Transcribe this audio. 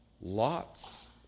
Lots